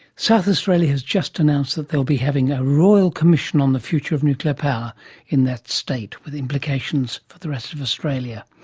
south australia has just announced they will be having a royal commission on the future of nuclear power in that state, with implications for the rest of australia.